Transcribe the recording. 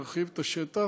מרחיב את השטח.